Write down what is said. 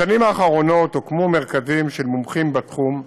בשנים האחרונות הוקמו מרכזים של מומחים בתחום,